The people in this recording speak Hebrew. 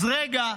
אז רגע,